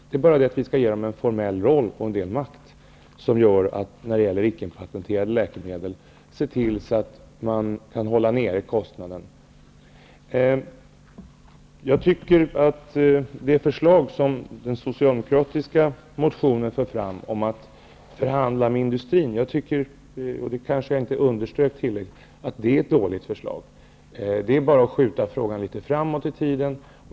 Vi skall bara ge dem en formell roll och en del makt, som gör att de kan se till att kostnaderna kan hållas nere när det gäller icke patenterade läkemedel. Det förslag som förs fram i den socialdemokratiska motionen, att man skall förhandla med industrin, tycker jag är dåligt. Jag kanske inte underströk det tillräckligt. Det är bara att skjuta frågan framåt i tiden.